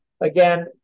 again